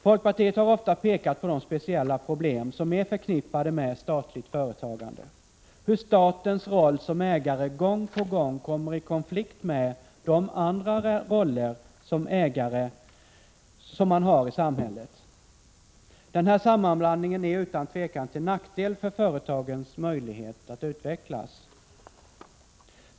Folkpartiet har ofta pekat på de speciella problem som är förknippade med statligt företagande, hur statens roll som ägare gång på gång kommer i konflikt med de andra roller staten har i samhället. Den här sammanblandningen är utan tvivel till nackdel för företagens möjlighet att utvecklas.